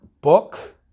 book